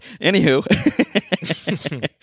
anywho